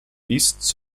east